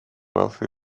wealthy